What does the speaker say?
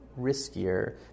riskier